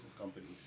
companies